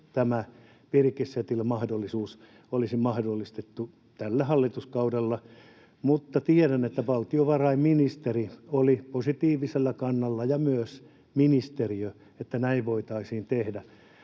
tämä virikesetelimahdollisuus olisi mahdollistettu tällä hallituskaudella. Tiedän, että valtiovarainministeri oli positiivisella kannalla ja myös ministeriö, että näin voitaisiin tehdä,